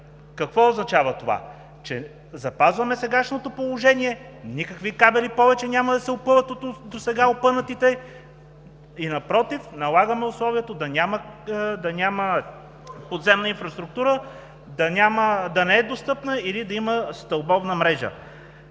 Какво означава това? Запазваме сегашното положение, никакви кабели повече няма да се опъват от досега опънатите и, напротив, налагаме условието да няма подземна инфраструктура, да не е достъпна или да има стълбовна мрежа.